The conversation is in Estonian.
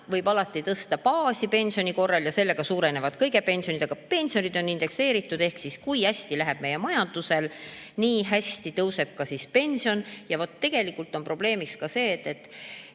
võib alati tõsta pensioni baasosa ja sellega suurenevad kõigi pensionid, aga pensionid on indekseeritud. Ehk siis, kui hästi läheb meie majandusel, nii hästi tõuseb ka pension. Tegelikult on veel üks probleem.